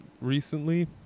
recently